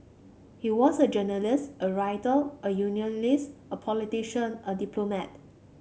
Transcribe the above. he was a journalist a writer a unionist a politician a diplomat